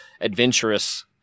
adventurous